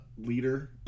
leader